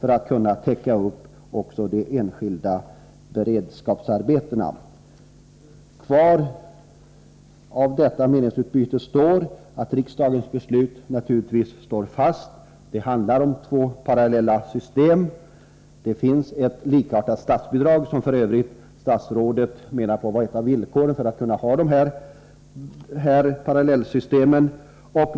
Kvar efter detta meningsutbyte står att riksdagens beslut naturligtvis står fast. Det handlar om två parallella system. Det finns ett likartat statsbidrag, som statsrådet f. ö. menar på var ett av villkoren för att kunna ha de parallella systemen.